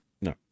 No